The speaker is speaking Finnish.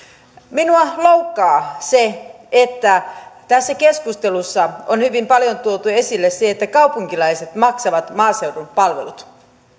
minua loukkaa se että tässä keskustelussa on hyvin paljon tuotu esille sitä että kaupunkilaiset maksavat maaseudun palvelut